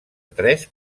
tres